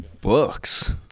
Books